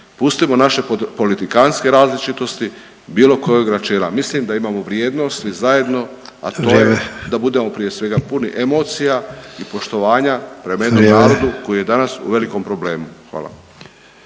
Pustimo naše politikantske različitosti bilo koje načela. Mislim da imamo vrijednosti zajedno …/Upadica: Vrijeme./… a to je da budemo prije svega puni emocija i poštovanja prema jednom narodu …/Upadica: Vrijeme./… koji je danas u velikom problemu. Hvala.